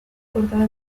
cortada